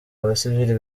abasivili